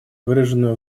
выраженную